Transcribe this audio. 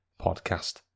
podcast